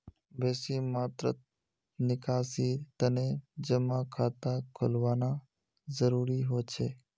बेसी मात्रात निकासीर तने जमा खाता खोलवाना जरूरी हो छेक